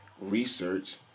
research